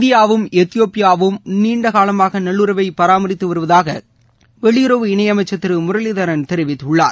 இந்தியாவும் எத்தியோப்பியாவும் நீண்ட காலமாக நல்லுறவை பராமரித்து வருவதாக வெளியுறவு இணையமைச்சர் திரு முரளிதரன் தெரிவித்துள்ளார்